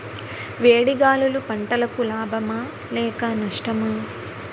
వేడి గాలులు పంటలకు లాభమా లేక నష్టమా?